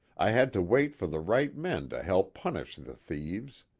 i had to wait for the right men to help punish the thieves.